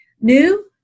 new